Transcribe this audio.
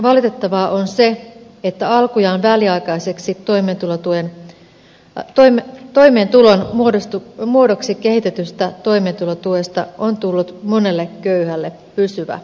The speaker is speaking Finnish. valitettavaa on se että alkujaan väliaikaiseksi toimeentulon muodoksi kehitetystä toimeentulotuesta on tullut monelle köyhälle pysyvä tukimuoto